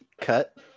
cut